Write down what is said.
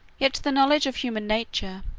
yet the knowledge of human nature,